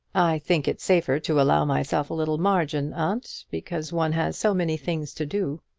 i think it safer to allow myself a little margin, aunt, because one has so many things to do.